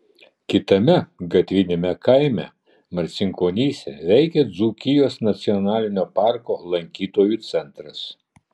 kitame gatviniame kaime marcinkonyse veikia dzūkijos nacionalinio parko lankytojų centras